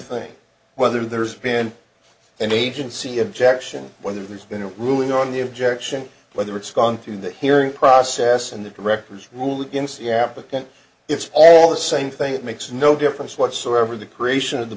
thing whether there's been an agency objection whether there's been a ruling on the objection whether it's gone through the hearing process and the director's rule against the applicant it's all the same thing it makes no difference whatsoever the creation of the